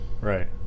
Right